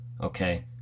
okay